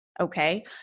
Okay